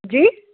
जी